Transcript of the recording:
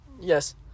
yes